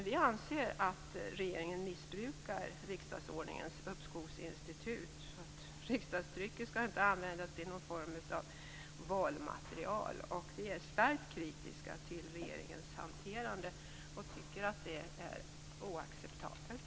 Vi anser att regeringen missbrukar riksdagsordningens uppskovsinstitut. Riksdagstrycket skall inte användas som en form av valmaterial. Vi är starkt kritiska till regeringens hanterande och tycker att det är oacceptabelt.